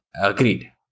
Agreed